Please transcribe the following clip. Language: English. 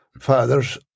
father's